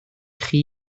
chi